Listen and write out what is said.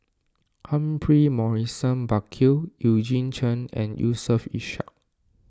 Humphrey Morrison Burkill Eugene Chen and Yusof Ishak